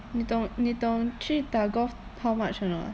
你懂你懂去打 golf how much or not